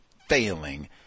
failing